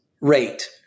rate